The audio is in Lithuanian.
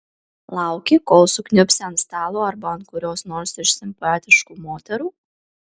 lauki kol sukniubsi ant stalo arba ant kurios nors iš simpatiškų moterų